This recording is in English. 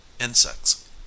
insects